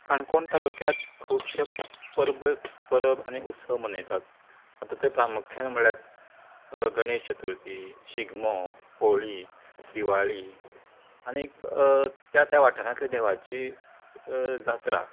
काणकोण तालुक्यांत खुबशें परबे परब आनी उत्सव मनयतात आतां ते प्रामुख्यान म्हळ्यार गणेश चतुर्थी शिगमो होळी दिवाळी आनीक त्या त्या वाठारांतल्या देवाची जात्रां